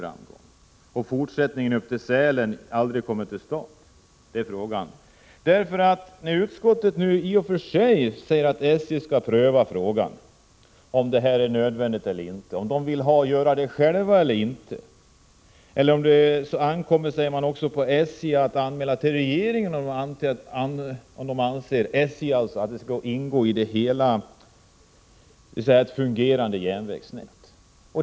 Frågan är om fortsättningen upp till Sälen aldrig kommer till stånd. Utskottet säger nu i och för sig att SJ skall pröva frågan om det är nödvändigt eller inte och om SJ vill göra det självt eller inte. Det ankommer på SJ att anmäla till regeringen om SJ anser att det hela skall ingå i ett fungerande järnvägsnät.